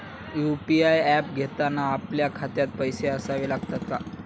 UPI app घेताना आपल्या खात्यात पैसे असावे लागतात का?